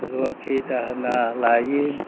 रुवाथि दाहोना लायो